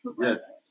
Yes